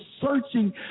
searching